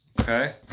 Okay